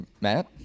Matt